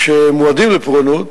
שמועדים לפורענות.